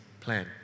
plan